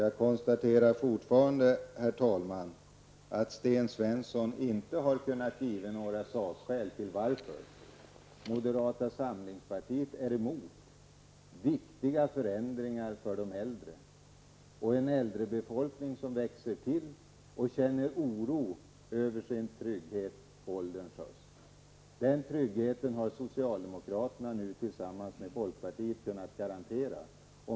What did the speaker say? Jag konstaterar att Sten Svensson fortfarande inte har kunnat ge några sakskäl till att moderata samlingspartiet är emot viktiga förändringar för de äldre, som är en grupp som växer och som känner oro för sin trygghet på ålderns höst. Den tryggheten har socialdemokraterna nu tillsammans med folkpartiet kunnat garantera.